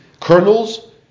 kernels